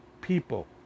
People